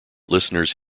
listeners